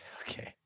Okay